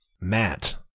Matt